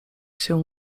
się